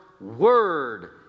Word